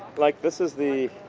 like this is the,